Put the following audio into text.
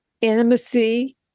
intimacy